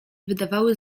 wydawały